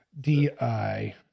D-I